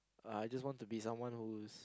I just want to be someone who is